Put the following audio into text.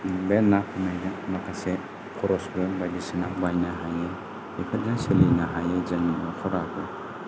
बे ना हमनायजों माखासे खरसबो बायदिसिनाबो बायनो हायो बेफोरजों सोलिनो हायो जोंनि न'खराबो